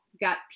got